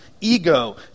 ego